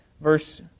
Verse